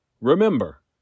Remember